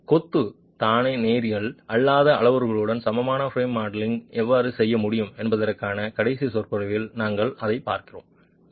எனவே கொத்து தானே நேரியல் அல்லாத அளவுருக்களுடன் சமமான பிரேம் மாடலிங் எவ்வாறு செய்ய முடியும் என்பதற்கான கடைசி சொற்பொழிவில் நாங்கள் அதைப் பார்க்கிறோம்